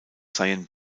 seien